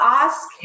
ask